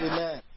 Amen